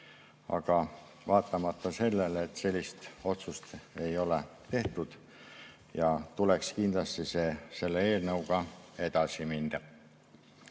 aga vaatamata sellele sellist otsust ei ole tehtud ja tuleks kindlasti selle eelnõuga edasi minna.